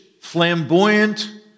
flamboyant